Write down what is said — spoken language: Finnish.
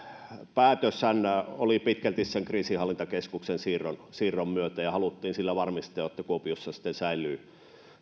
päätöshän syntyi pitkälti kriisinhallintakeskuksen siirron siirron myötä ja sillä halutiin varmistaa jotta kuopiossa säilyy